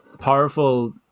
powerful